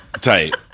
Tight